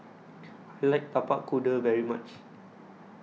I like Tapak Kuda very much